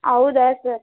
ಹೌದಾ ಸರ್